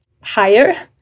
higher